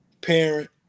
parent